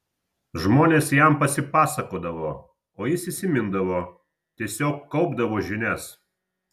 žmonės jam pasipasakodavo o jis įsimindavo tiesiog kaupdavo žinias